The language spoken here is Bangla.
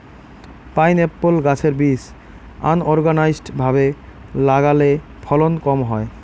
পাইনএপ্পল গাছের বীজ আনোরগানাইজ্ড ভাবে লাগালে ফলন কম হয়